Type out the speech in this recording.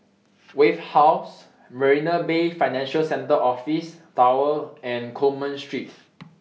Wave House Marina Bay Financial Centre Office Tower and Coleman Street